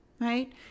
right